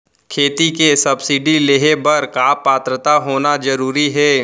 खेती के सब्सिडी लेहे बर का पात्रता होना जरूरी हे?